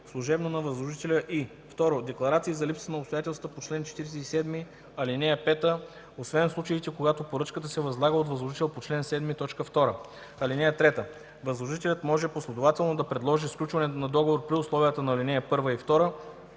служебно на възложителя, и 2. декларации за липсата на обстоятелствата по чл. 47, ал. 5 освен в случаите, когато поръчката се възлага от възложител по чл. 7, т. 2. (3) Възложителят може последователно да предложи сключване на договор при условията на ал. 1 и 2